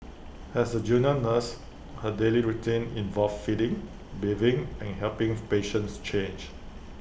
as A junior nurse her daily routine involved feeding bathing and helping patients change